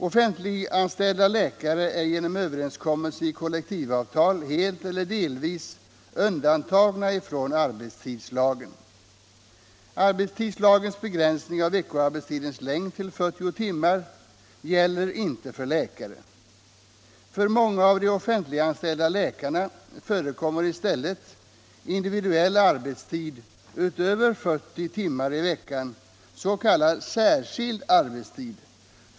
Offentliganställda läkare är genom överenskommelse i kollektivavtal helt eller delvis undantagna från arbetstidslagen. Arbetstidslagens begränsning av veckoarbetstidens längd till 40 timmar gäller inte för läkare. För många av de offentliganställda läkarna förekommer i stället individuell arbetstid utöver 40 timmar i veckan, s.k. särskild arbetstid.